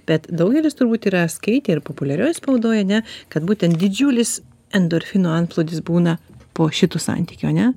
bet daugelis turbūt yra skaitę ir populiarioj spaudoj ane kad būtent didžiulis endorfinų antplūdis būna po šitų santykių ane